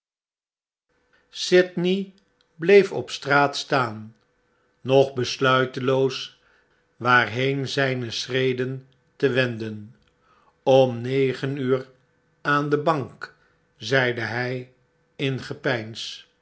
sydney bleef op straat staan nog besluiteloos waarheen zijne schreden te wenden om negen uur aan de bank zeide hij ingepeins